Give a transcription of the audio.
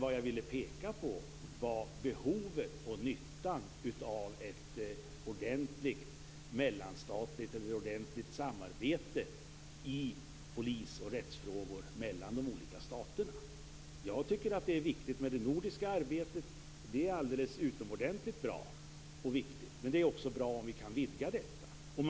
Vad jag ville peka på var dock behovet och nyttan av ett ordentligt samarbete i polis och rättsfrågor mellan de olika staterna. Jag tycker att det nordiska arbetet är viktigt. Det är alldeles utomordentligt bra, men det är också bra om det kan vidgas.